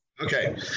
Okay